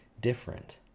different